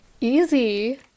easy